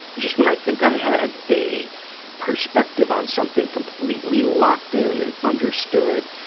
just when i think i have a perspective on something completely locked in and understood,